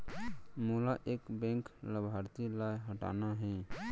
मोला एक बैंक लाभार्थी ल हटाना हे?